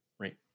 right